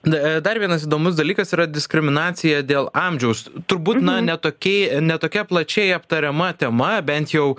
na dar vienas įdomus dalykas yra diskriminacija dėl amžiaus turbūt na ne tokie ne tokia plačiai aptariama tema bent jau